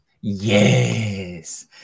Yes